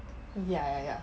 ya ya ya